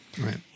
right